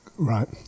Right